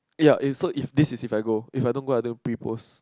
ya is so if this is if I go if I don't go I'll do pre-post